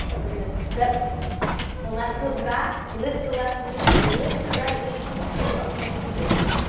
we're going to step the left toes back, lift the left knee, lift the right knee, come to a plank position,